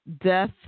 death